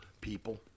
people